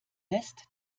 lässt